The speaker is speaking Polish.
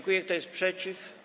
Kto jest przeciw?